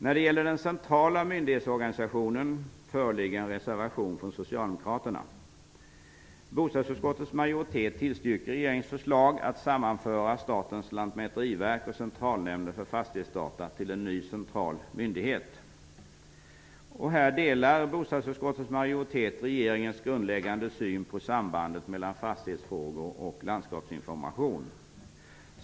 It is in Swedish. När det gäller den centrala myndighetsorganisationen föreligger en reservation från socialdemokraterna. Centralnämnden för fastighetsdata till en ny central myndighet. Här delar bostadsutskottets majoritet regeringens grundläggande syn på sambandet mellan fastighetsfrågor och landskapsinformation.